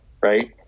right